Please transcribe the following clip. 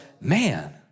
man